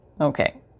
Okay